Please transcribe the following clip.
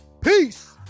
Peace